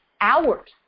hours